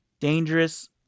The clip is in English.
dangerous